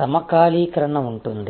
సమకాలీకరణ ఉంటుంది